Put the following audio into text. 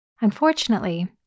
Unfortunately